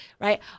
right